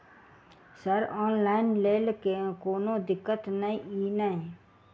Sir online लैल कोनो दिक्कत न ई नै?